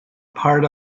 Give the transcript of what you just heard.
part